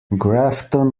grafton